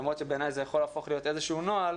למרות שבעיניי זה יכול להפוך להיות איזה שהוא נוהל,